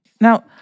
Now